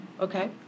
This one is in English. Okay